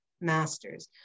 masters